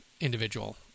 individual